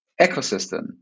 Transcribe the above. Ecosystem